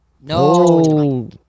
No